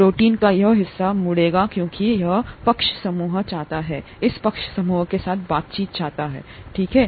protein का यह हिस्सा मुड़ेगा क्योंकि यह पक्ष समूह चाहता है इस पक्ष समूह के साथ बातचीत ठीक है